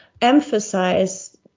emphasize